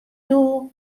doel